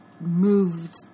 moved